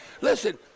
Listen